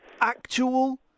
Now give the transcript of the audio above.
actual